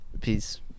Peace